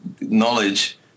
knowledge